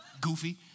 Goofy